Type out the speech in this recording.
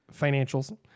financials